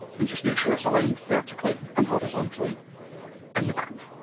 and just make sure it's aligned vertically and horizontally in the band.